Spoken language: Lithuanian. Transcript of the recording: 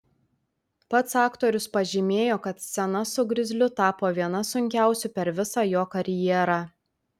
pats aktorius pažymėjo kad scena su grizliu tapo viena sunkiausių per visą jo karjerą